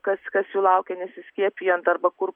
kas kas jų laukia nesiskiepijant arba kur